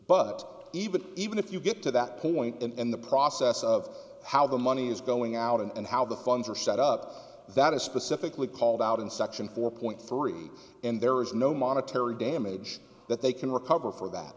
but even even if you get to that point and the process of how the money is going out and how the funds are set up that is specifically called out in section four point three and there is no monetary damage that they can recover for that